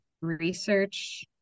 research